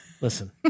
Listen